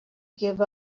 give